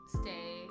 stay